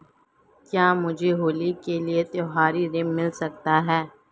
क्या मुझे होली के लिए त्यौहारी ऋण मिल सकता है?